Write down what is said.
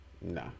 Nah